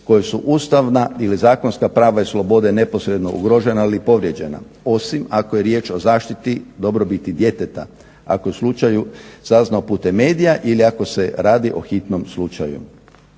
koju su ustavna ili zakonska prava i slobode neposredno ugrožena ili povrijeđena osim ako je riječ o zaštiti dobrobiti djeteta, ako je o slučaju saznao putem medija ili ako se radi o hitnom slučaju.